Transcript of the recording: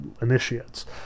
initiates